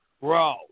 Bro